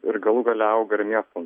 ir galų gale auga ir miestas